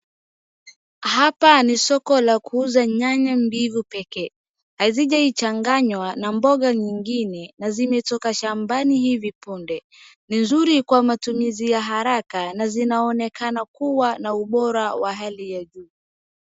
Hapa ni soko la kuuza nyanya mbivu pekee. Hazijaichanganywa na mboga nyingine na zimetoka shambani hivi punde. Ni nzuri kwa matumizi ya haraka na zinaonekana kuwa na ubora wa hali ya juu.